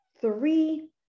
three